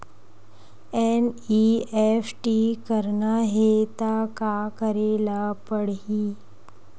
NEFT करना हे त का करे ल पड़हि?